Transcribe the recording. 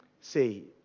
See